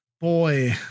boy